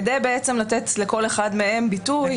כדי לתת לכל אחד מהם ביטוי,